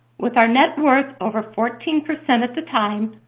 with our net worth over fourteen percent at the time,